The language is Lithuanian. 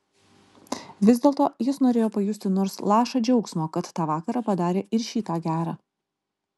vis dėlto jis norėjo pajusti nors lašą džiaugsmo kad tą vakarą padarė ir šį tą gera